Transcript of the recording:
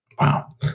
Wow